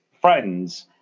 friends